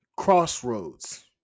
crossroads